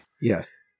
Yes